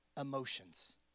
emotions